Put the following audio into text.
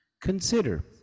Consider